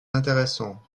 intéressant